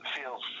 feels